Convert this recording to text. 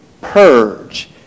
purge